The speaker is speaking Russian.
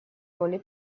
роли